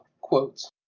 Quotes